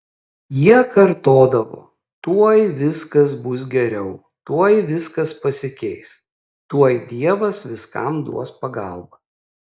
jie kartodavo tuoj viskas bus geriau tuoj viskas pasikeis tuoj dievas viskam duos pagalbą